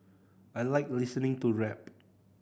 I like listening to rap